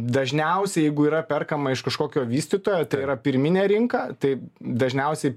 dažniausiai jeigu yra perkama iš kažkokio vystytojo tai yra pirminė rinka tai dažniausiai